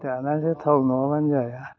दानासो थाव नङाब्लानो जाया